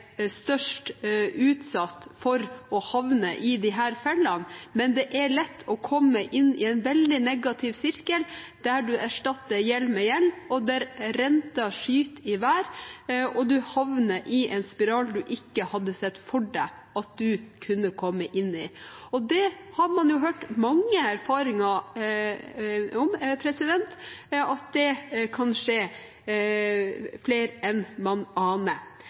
er mest utsatt for å havne i disse fellene. Men det er lett å komme inn i en veldig negativ sirkel, der man erstatter gjeld med gjeld, og der rentene skyter i været, og man havner i en spiral som man ikke hadde sett for seg at man kunne komme inn i. Man har hørt mange erfaringer om dette – det kan skje flere enn man